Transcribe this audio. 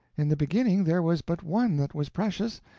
in the beginning there was but one that was precious,